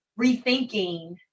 rethinking